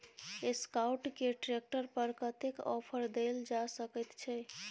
Escort के tractor पर कतेक ऑफर दैल जा सकेत छै?